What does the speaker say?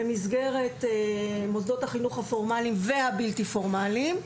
במסגרת מוסדות החינוך הפורמליים והבלתי פורמליים.